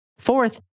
Fourth